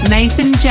Nathan